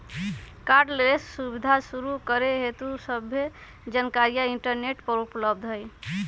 cardless सुबीधा शुरू करे हेतु सभ्भे जानकारीया इंटरनेट पर उपलब्ध हई